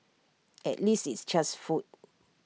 at least it's just food